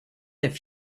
that